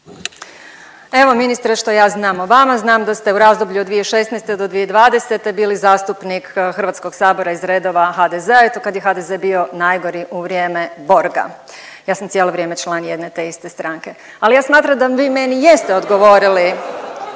Evo ministre što ja znam o vama. Znam da ste u razdoblju od 2016. do 2020. bili zastupnik Hrvatskog sabora iz redova HDZ-a, eto kad je HDZ bio najgori u vrijeme Borg-a. Ja sam cijelo vrijeme član jedne te iste stranke. Ali ja smatram da vi meni jeste odgovorili